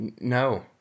No